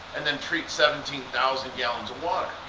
and then treat seventeen thousand gallons of water.